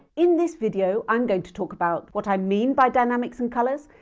in this video i'm going to talk about what i mean by dynamics and colours,